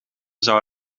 zou